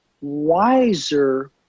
wiser